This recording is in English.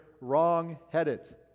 wrong-headed